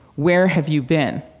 where have you been?